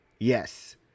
Yes